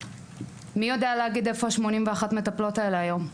מי יודע להגיד איפה 81 המטפלות האלה היום?